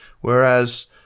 Whereas